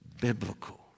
biblical